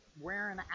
wearing